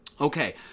Okay